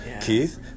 Keith